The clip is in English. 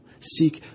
Seek